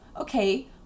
okay